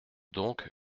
donc